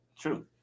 true